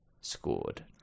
scored